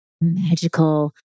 Magical